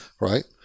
right